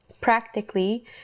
practically